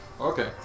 Okay